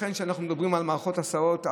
לכן כשאנחנו מדברים על מערכות הסעות,